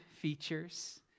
features